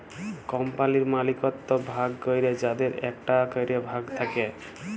কম্পালির মালিকত্ব ভাগ ক্যরে যাদের একটা ক্যরে ভাগ থাক্যে